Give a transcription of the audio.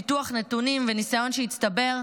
ניתוח נתונים וניסיון שהצטבר,